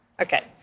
Okay